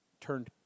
turned